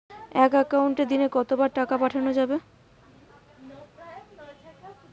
এক একাউন্টে দিনে কতবার টাকা পাঠানো যাবে?